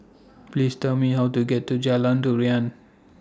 Please Tell Me How to get to Jalan Durian